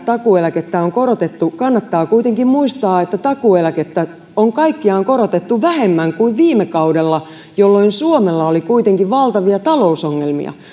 takuueläkettä on korotettu todellakin kiitos siitä kannattaa kuitenkin muistaa että takuueläkettä on kaikkiaan korotettu vähemmän kuin viime kaudella jolloin suomella oli kuitenkin valtavia talousongelmia